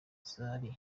zari